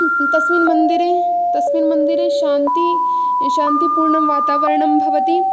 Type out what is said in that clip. तस्मिन् मन्दिरे तस्मिन् मन्दिरे शान्ति शान्तिपूर्णं वातावरणं भवति